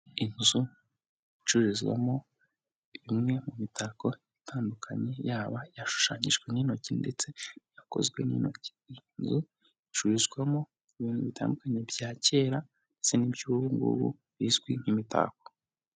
Inzu icururizwamo imwe mu mitako itandukanye, yaba yashushanyijwe n'intoki ndetse n'iyakozwe n'intoki, iyi inzu icururizwamo ibintu bitandukanye bya kera ndetse n'iby'ubu ngubu bizwi imitako.